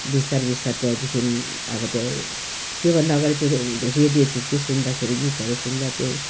बिस्तार बिस्तार त्यहाँदेखि अब त्यो त्योभन्दा अगाडि त्यो रेडियो थियो त्यो सुन्दाखेरि गीतहरू सुन्दा त्यो